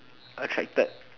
attracted